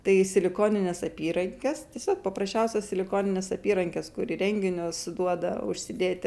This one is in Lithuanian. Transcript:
tai silikoninės apyrankės tiesiog paprasčiausios silikoninės apyrankės kur į renginius duoda užsidėti